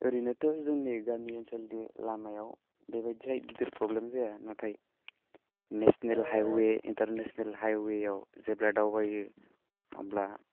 ओरैनोथ' जोंनि गामि ओनसोलनि लामायाव बे बायदि गिदिर प्रब्लेम जाया नाथाय नेशनेल हाइवे इन्टारनेशनेल हाइवे आव जेब्ला दावबायो अब्ला